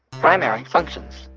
primary functions.